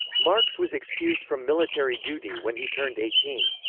marx was excused from military duty when he turned eighteen.